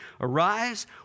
Arise